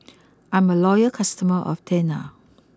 I'm a loyal customer of Tena